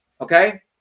Okay